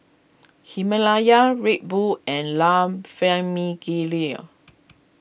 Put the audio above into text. Himalaya Red Bull and La Famiglia